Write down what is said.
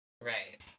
Right